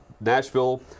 Nashville